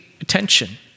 attention